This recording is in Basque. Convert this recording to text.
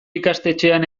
ikastetxean